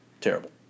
Terrible